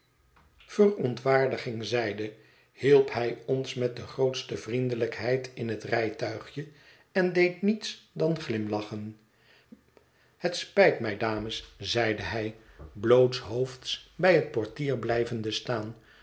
ontwaardiging zeide hielp hij ons met de grootste vriendelijkheid in het rijtuigje en deed niets dan glimlachen het spijt mij dames zeide hij blootshoofds bij het portier blijvende staan